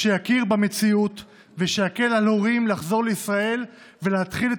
שיכיר במציאות ושיקל על הורים לחזור לישראל ולהתחיל את